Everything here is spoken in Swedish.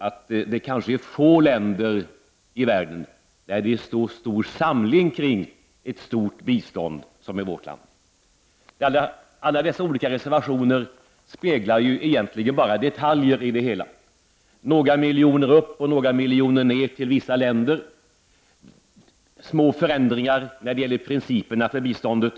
Det är faktiskt få länder i världen där det finns så stor samling kring ett stort bistånd som i vårt land. Alla dessa reservationer speglar egentligen detaljer i det hela, några miljoner upp och några miljoner ned till vissa länder, små förändringar när det gäller principerna för biståndet.